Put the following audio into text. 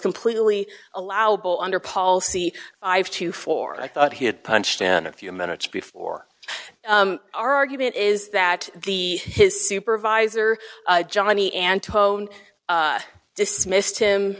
completely allowable under policy i have to for i thought he had punched in a few minutes before our argument is that the his supervisor johnny and tone dismissed him